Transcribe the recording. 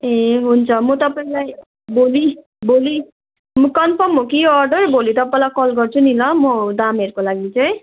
ए हुन्छ म तपाईँलाई भोलि भोलि म कन्फर्म हो कि यो अर्डर भोलि तपाईँलाई कल गर्छु नि ल म दामहरूको लागि चाहिँ